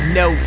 no